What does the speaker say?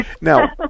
Now